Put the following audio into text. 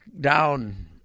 down